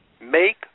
make